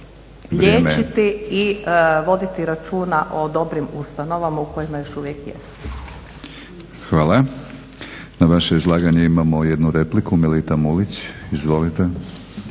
liječiti i voditi računa o dobrim ustanovama u kojima još uvijek jesu. **Batinić, Milorad (HNS)** Vrijeme. Hvala. Na vaše izlaganje imamo jednu repliku, Melita Mulić. Izvolite.